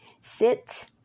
Sit